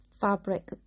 fabric